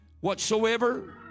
whatsoever